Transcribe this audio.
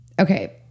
okay